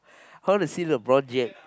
I want to see the brown jack